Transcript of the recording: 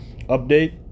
update